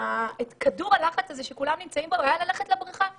כדור הלחץ שבו כולם נמצאים היה ללכת לבריכה.